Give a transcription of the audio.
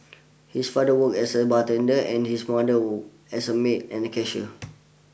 his father worked as a bartender and his mother as a maid and a cashier